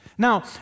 Now